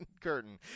curtain